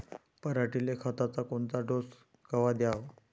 पऱ्हाटीले खताचा कोनचा डोस कवा द्याव?